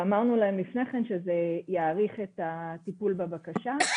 ואמרנו להם לפני כן שזה יאריך את הטיפול בבקשתם.